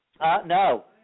no